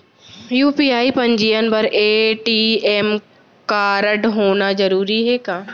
UPI पंजीयन बर ATM कारडहोना जरूरी हे का?